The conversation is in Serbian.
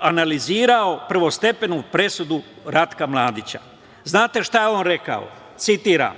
analizirao je prvostepenu presudu Ratka Mladića. Znate šta je on rekao? Citiram: